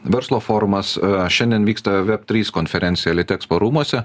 verslo forumas šiandien vyksta veb trys konferencija litexpo rūmuose